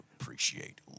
appreciate